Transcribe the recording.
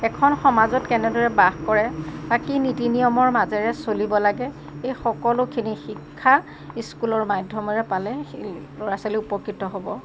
এখন সমাজত কেনেদৰে বাস কৰে বা কি নীতি নিয়মৰ মাজেৰে চলিব লাগে এই সকলোখিনি শিক্ষা স্কুলৰ মাধ্যমেৰে পালে ল'ৰা ছোৱালী উপকৃত হ'ব